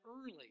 early